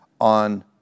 on